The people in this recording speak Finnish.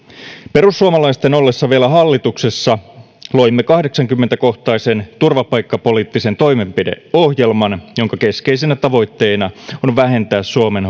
perussuomalaisten ollessa vielä hallituksessa loimme kahdeksankymmentä kohtaisen turvapaikkapoliittisen toimenpideohjelman jonka keskeisenä tavoitteena on vähentää suomen